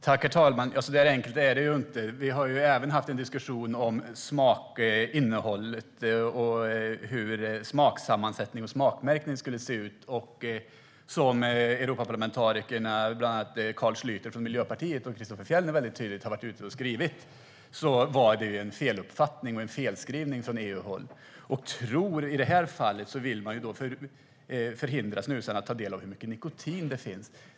Herr talman! Så där enkelt är det ju inte. Vi har även haft en diskussion om innehållet och om hur smaksammansättningen och smakmärkningen ska se ut. Som bland annat Europaparlamentarikerna Carl Schlyter från Miljöpartiet och Christofer Fjellner väldigt tydligt har skrivit var det då fråga om en feluppfattning och en felskrivning från EU-håll. I det här fallet vill man förhindra snusarna att ta del av hur mycket nikotin det finns.